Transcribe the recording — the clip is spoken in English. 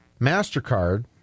MasterCard